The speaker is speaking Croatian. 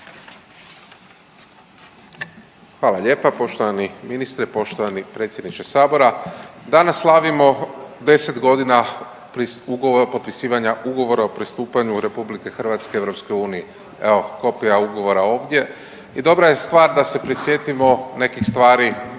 Hvala lijepa. Poštovani ministre, poštovani predsjedniče sabora, danas slavimo 10 godina potpisivanja ugovora o pristupanju RH EU, evo kopija ugovora ovdje i dobra je stvar da se prisjetimo nekih stvari